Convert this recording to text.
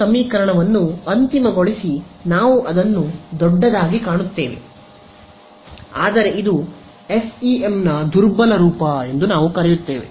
ಈ ಸಮೀಕರಣವನ್ನು ಅಂತಿಮಗೊಳಿಸಿ ನಾವು ಅದನ್ನು ದೊಡ್ಡದಾಗಿ ಕಾಣುತ್ತದೆ ಆದರೆ ಇದು ಎಫ್ಇಎಂನ ದುರ್ಬಲ ರೂಪ ಎಂದು ನಾವು ಕರೆಯುತ್ತೇವೆ